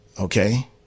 Okay